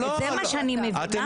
זה מה שאני מבינה.